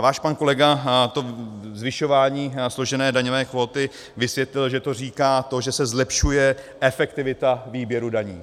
Váš pan kolega zvyšování složené daňové kvóty vysvětlil, že to říká to, že se zlepšuje efektivita výběru daní.